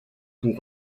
pour